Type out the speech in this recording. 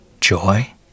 Joy